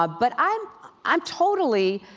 but but i'm i'm totally